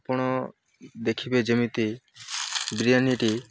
ଆପଣ ଦେଖିବେ ଯେମିତି ବିରିୟାନୀଟି